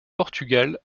portugal